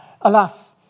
Alas